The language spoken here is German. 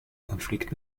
konflikt